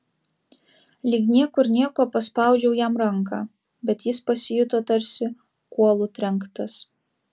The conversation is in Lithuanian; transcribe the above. lyg niekur nieko paspaudžiau jam ranką bet jis pasijuto tarsi kuolu trenktas